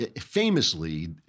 famously